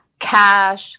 cash